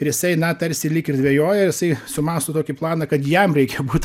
ir jisai na tarsi lyg ir dvejoja ir jisai sumąsto tokį planą kad jam reikia būt